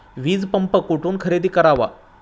वीजपंप कुठून खरेदी करावा?